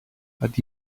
but